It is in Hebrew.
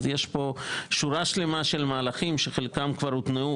אז יש פה שורה שלימה של מהלכים שחלקם כבר הותנעו